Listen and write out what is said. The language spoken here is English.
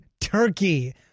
turkey